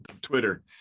Twitter